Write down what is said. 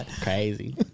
Crazy